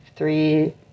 three